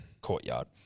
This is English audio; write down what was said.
Courtyard